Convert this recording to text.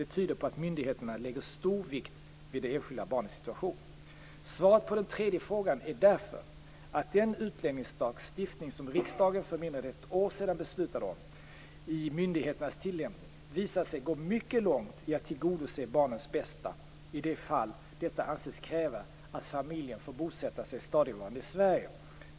Det tyder på att myndigheterna lägger stor vikt vid det enskilda barnets situation. Svaret på den tredje frågan är därför att den utlänningslagstiftning som riksdagen för mindre än ett år sedan beslutade om, i myndigheternas tillämpning visar sig gå mycket långt när det gäller att tillgodose barns bästa i de fall detta anses kräva att familjen får bosätta sig stadigvarande i Sverige.